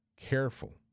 Careful